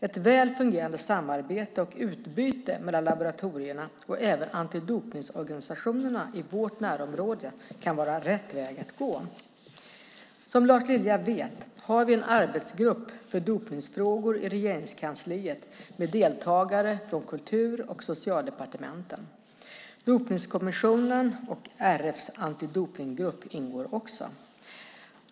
Ett väl fungerande samarbete och utbyte mellan laboratorierna och även antidopningsorganisationerna i vårt närområde kan vara rätt väg att gå. Som Lars Lilja vet har vi en arbetsgrupp för dopningsfrågor i Regeringskansliet med deltagare från Kultur och Socialdepartementen. Dopingkommissionen och RF:s antidopningsgrupp ingår också.